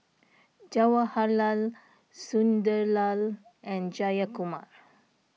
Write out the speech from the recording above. Jawaharlal Sunderlal and Jayakumar